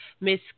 Miss